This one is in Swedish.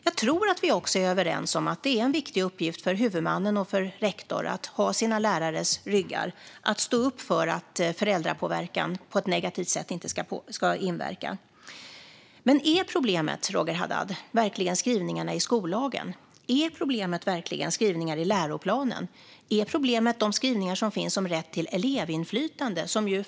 Jag tror att vi också är överens om att det är en viktig uppgift för huvudmannen och för rektorn att ha sina lärares ryggar och stå upp för att negativ föräldrapåverkan inte ska inverka. Men är problemet verkligen skrivningarna i skollagen, Roger Haddad? Är problemet verkligen skrivningar i läroplanen? Är problemet de skrivningar om rätt till elevinflytande som finns?